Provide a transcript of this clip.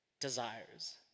desires